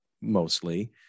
mostly